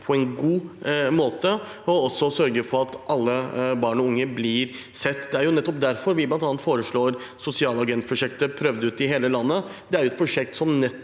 på god måte, og også sørge for at alle barn og unge blir sett. Det er nettopp derfor vi bl.a. foreslår sosialagent-prosjektet prøvd ut i hele landet. Det er et prosjekt som setter